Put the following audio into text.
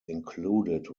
included